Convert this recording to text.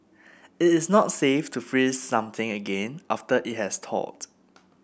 it is not safe to freeze something again after it has thawed